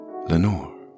Lenore